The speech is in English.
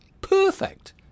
Perfect